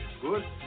Good